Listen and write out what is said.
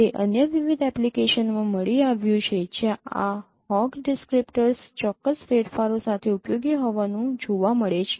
તે અન્ય વિવિધ એપ્લિકેશનોમાં મળી આવ્યું છે જ્યાં આ હોગ ડિસ્ક્રીપ્ટર્સ ચોક્કસ ફેરફારો સાથે ઉપયોગી હોવાનું જોવા મળે છે